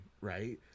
right